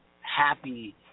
happy